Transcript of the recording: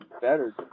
Better